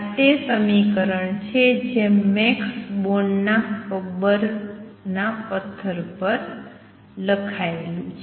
આ તે સમીકરણ છે જે મેક્સ બોર્નના કબરના પત્થર પર લખાયેલું છે